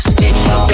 Studio